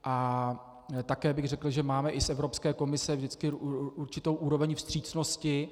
A také bych řekl, že máme i z Evropské komise vždycky určitou úroveň vstřícnosti.